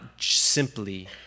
simply